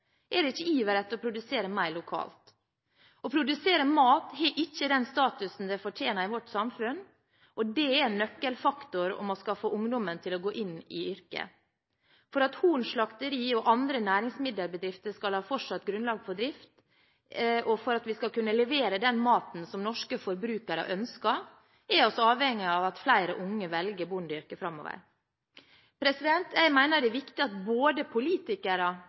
er det ikke iver etter å produsere mer lokalt. Å produsere mat har ikke den statusen det fortjener i vårt samfunn, og det er en nøkkelfaktor om vi skal få ungdommen til å gå inn i yrket. For at Horns Slakteri og andre næringsmiddelbedrifter skal ha fortsatt grunnlag for drift, og for at vi skal kunne levere den maten som norske forbrukere ønsker, er vi avhengig av at flere unge velger bondeyrket framover. Jeg mener det er viktig at både politikere